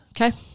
okay